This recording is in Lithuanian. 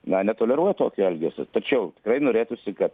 na netoleruoja tokio elgesio tačiau tikrai norėtųsi kad